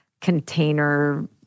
container